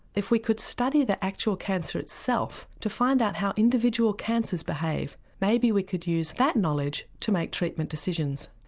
if we could study the actual cancer itself to find out how individual cancers behave, maybe we could use that knowledge to make treatment decisions.